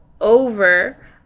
over